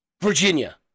Virginia